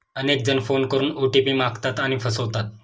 अनेक जण फोन करून ओ.टी.पी मागतात आणि फसवतात